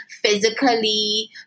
physically